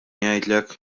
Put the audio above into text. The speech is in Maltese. jgħidlek